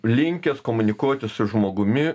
linkęs komunikuoti su žmogumi